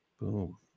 Boom